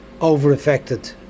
over-affected